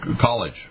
college